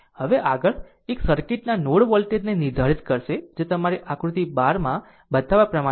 હવે આગળ એક સર્કિટના નોડ વોલ્ટેજ ને નિર્ધારિત કરશે જે તમારી આકૃતિ 12 માં બતાવ્યા પ્રમાણે છે કે 3